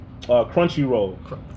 Crunchyroll